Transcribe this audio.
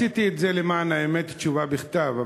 למען האמת רציתי תשובה בכתב,